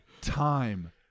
time